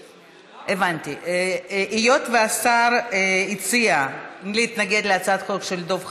היות שהשר הציע להתנגד להצעת חוק של דב חנין,